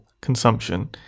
consumption